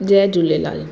Jay Jhulelal